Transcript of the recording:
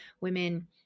women